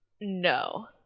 no